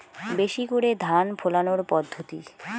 বেশি করে ধান ফলানোর পদ্ধতি?